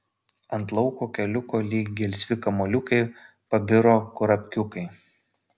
ant lauko keliuko lyg gelsvi kamuoliukai pabiro kurapkiukai